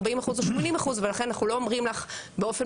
40% או 80% ולכן אנחנו לא אומרים לך באופן